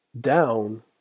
down